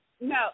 No